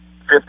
fifth